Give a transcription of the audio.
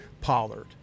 Pollard